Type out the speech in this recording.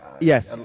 Yes